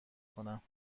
کنم